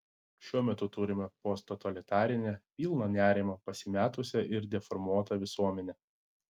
šiuo metu turime posttotalitarinę pilną nerimo pasimetusią ir deformuotą visuomenę